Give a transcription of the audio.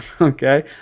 Okay